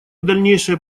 дальнейшее